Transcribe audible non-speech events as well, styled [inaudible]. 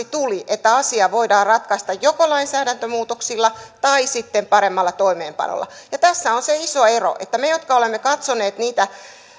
[unintelligible] tuli että asia voidaan ratkaista joko lainsäädäntömuutoksilla tai sitten paremmalla toimeenpanolla ja tässä on se iso ero me jotka olemme katsoneet niitä